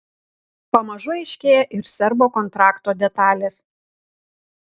pamažu aiškėja ir serbo kontrakto detalės